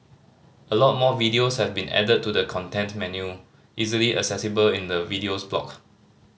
a lot more videos have been added to the content menu easily accessible in the Videos block